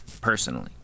personally